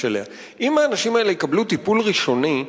עליה: אם האנשים האלה יקבלו טיפול ראשוני,